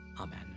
Amen